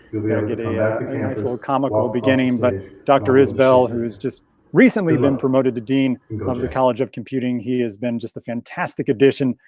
we'll be able ah get a little comical beginning. but dr. isbell, who's just recently been promoted to dean of the college of computing, he has been just a fantastic addition.